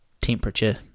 temperature